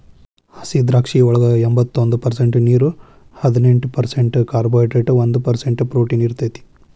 ಹಸಿದ್ರಾಕ್ಷಿಯೊಳಗ ಎಂಬತ್ತೊಂದ ಪರ್ಸೆಂಟ್ ನೇರು, ಹದಿನೆಂಟ್ ಪರ್ಸೆಂಟ್ ಕಾರ್ಬೋಹೈಡ್ರೇಟ್ ಒಂದ್ ಪರ್ಸೆಂಟ್ ಪ್ರೊಟೇನ್ ಇರತೇತಿ